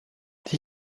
die